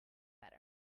better